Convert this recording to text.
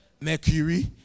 Mercury